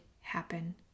happen